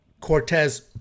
Cortez